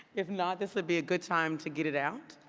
if not, this would be a good time to get it out.